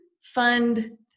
fund